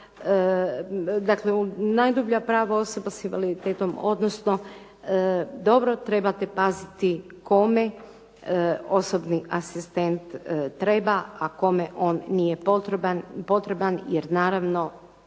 zadire u najdublja prava osoba s invaliditetom, odnosno dobro treba paziti kome osobni asistent treba, a kome on nije potreban jer naravno